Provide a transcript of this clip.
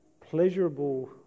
pleasurable